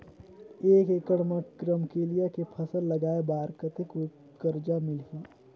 एक एकड़ मा रमकेलिया के फसल लगाय बार कतेक कर्जा मिलही?